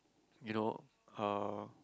you know uh